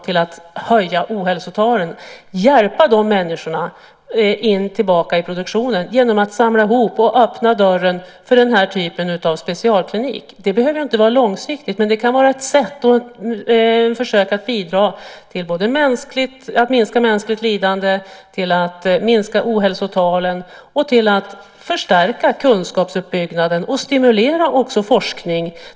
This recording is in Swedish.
Genom att öppna den dörren kunde vi minska ohälsotalen och hjälpa dessa människor tillbaka i produktionen. Det behöver inte vara långsiktigt. Men det kan vara ett sätt att försöka bidra till att minska mänskligt lidande, minska ohälsotalen, förstärka kunskapsuppbyggnaden och också stimulera forskning.